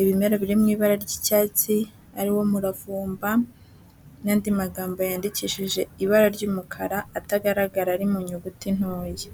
ibimera biri mu ibara ry'icyatsi ari wo muravumba, n'andi magambo yandikishije ibara ry'umukara atagaragara ari mu nyuguti ntoya.